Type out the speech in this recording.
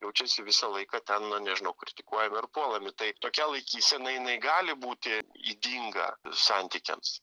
jaučiasi visą laiką ten na nežinau kritikuojami ir puolami tai tokia laikysena jinai gali būti ydinga santykiams